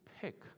pick